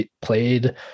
played